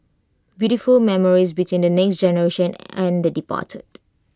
beautiful memories between the next generation and the departed